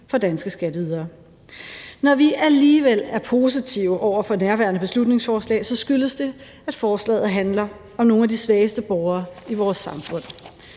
for danske skatteydere. Når vi alligevel er positive over for nærværende beslutningsforslag, skyldes det, at forslaget handler om nogle af de svageste borgere i vores samfund